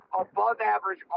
above-average